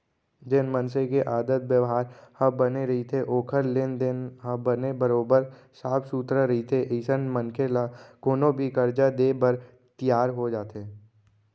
जेन मनसे के आदत बेवहार ह बने रहिथे ओखर लेन देन ह बने बरोबर साफ सुथरा रहिथे अइसन मनखे ल कोनो भी करजा देय बर तियार हो जाथे